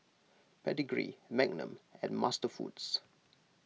Pedigree Magnum and MasterFoods